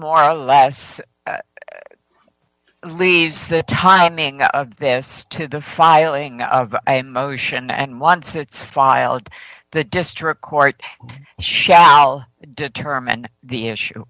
more or less leaves the timing of this to the filing motion and once it's filed the district court shall determine the issue